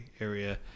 area